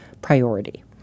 priority